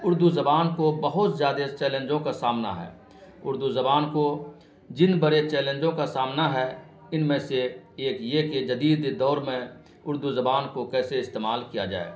اردو زبان کو بہت زیادہ چیلنجوں کا سامنا ہے اردو زبان کو جن بڑے چیلنجوں کا سامنا ہے ان میں سے ایک یہ کہ جدید دور میں اردو زبان کو کیسے استعمال کیا جائے